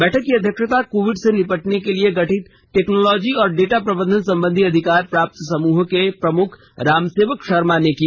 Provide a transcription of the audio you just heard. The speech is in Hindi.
बैठक की अध्यक्षता कोविड से निंपटने के लिए गठित टेक्नॉलोजी और डेटा प्रबंधन संबंधी अधिकार प्राप्त समूहों के प्रमुख रामसेवक शर्मा ने की